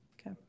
Okay